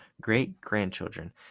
great-grandchildren